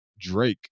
Drake